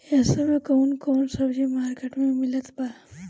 इह समय कउन कउन सब्जी मर्केट में मिलत बा?